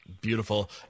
Beautiful